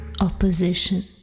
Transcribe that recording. opposition